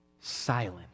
silent